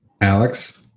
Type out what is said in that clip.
Alex